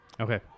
Okay